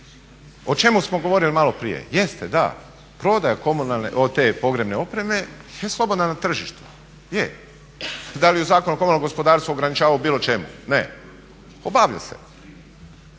O čemu smo govorili malo prije? Jeste, da prodaja te pogrebne opreme je slobodna na tržištu, je. Da li je Zakon o komunalnom gospodarstvu ograničava u bilo čemu? Ne. Obavlja se.